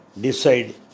decide